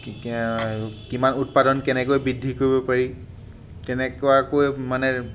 কিমান উৎপাদন কেনেকৈ বৃদ্ধি কৰিব পাৰি কেনেকুৱাকৈ মানে